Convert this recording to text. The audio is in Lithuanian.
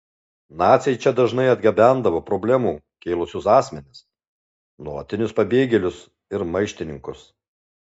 naciai čia dažnai atgabendavo problemų kėlusius asmenis nuolatinius pabėgėlius ir maištininkus